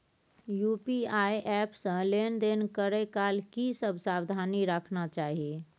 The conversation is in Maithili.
यु.पी.आई एप से लेन देन करै काल की सब सावधानी राखना चाही?